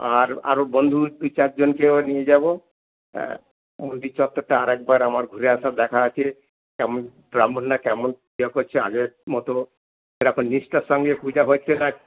আর আরও বন্ধু দুই চারজনকে নিয়ে যাবো মন্দির চত্বরটা আরেকবার আমার ঘুরে আসা দেখা আছে কেমন ব্রাহ্মণ না কেমন পূজা করছে আগের মতো সেরকম নিষ্ঠার সঙ্গে পূজা হচ্ছে না